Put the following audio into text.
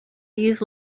use